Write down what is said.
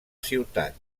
ciutat